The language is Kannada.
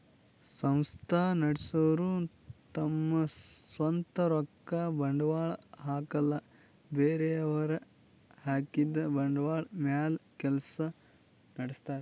ಸಂಸ್ಥಾ ನಡಸೋರು ತಮ್ ಸ್ವಂತ್ ರೊಕ್ಕ ಬಂಡ್ವಾಳ್ ಹಾಕಲ್ಲ ಬೇರೆಯವ್ರ್ ಹಾಕಿದ್ದ ಬಂಡ್ವಾಳ್ ಮ್ಯಾಲ್ ಕೆಲ್ಸ ನಡಸ್ತಾರ್